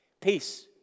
Peace